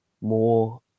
more